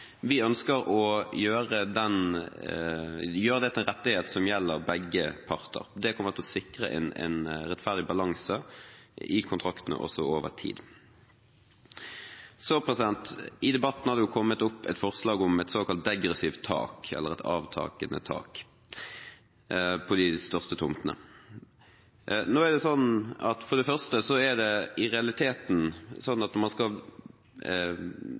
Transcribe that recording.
Vi ønsker å gjøre det til en rettighet som gjelder begge parter. Det kommer til å sikre en rettferdig balanse i kontraktene også over tid. I debatten har det kommet opp et forslag om et såkalt degressivt tak, eller et avtakende tak, på de største tomtene. For det første: Når man skal beregne tomteverdien i dag, tas det jo hensyn til de store tomtene med mye ubeboelig areal. Det